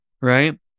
right